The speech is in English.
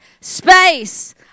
space